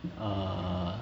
err